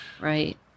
right